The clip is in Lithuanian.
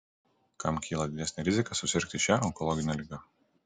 kam kyla didesnė rizika susirgti šia onkologine liga